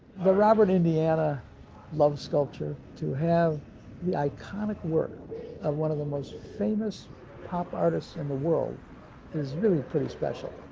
the robert indiana love sculpture, to have the iconic work of one of the most famous pop artists in the world is really pretty special.